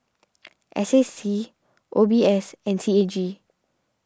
S A C O B S and C A G